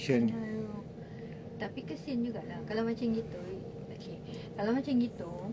tapi kesian juga kalau macam gitu okay kalau macam gitu